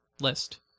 list